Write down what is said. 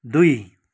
दुई